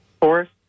forest